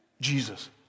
Jesus